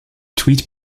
tweed